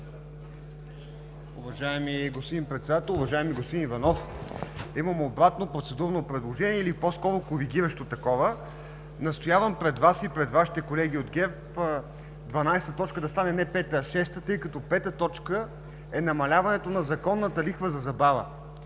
Уважаеми господин Председател! Уважаеми господин Иванов, имам обратно процедурно предложение, или по-скоро коригиращо такова. Настоявам пред Вас и пред Вашите колеги от ГЕРБ дванадесета точка да стане не пета, а шеста точка, тъй като т. 5 е намаляването на законната лихва за забава,